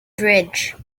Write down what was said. bridge